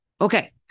Okay